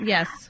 Yes